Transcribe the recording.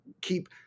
keep